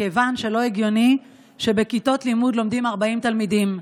מכיוון שלא הגיוני שבכיתות לימוד לומדים 40 תלמידים.